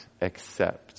accept